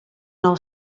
nou